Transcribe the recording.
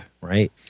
right